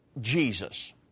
Jesus